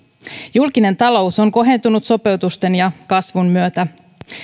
julkinen talous on kohentunut sopeutusten ja kasvun myötä